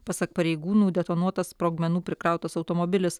pasak pareigūnų detonuotas sprogmenų prikrautas automobilis